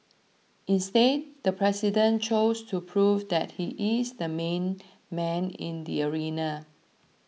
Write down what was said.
instead the president chose to prove that he is the main man in the arena